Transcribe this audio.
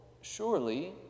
surely